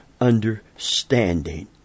understanding